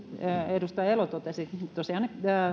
edustaja elo totesi tosiaan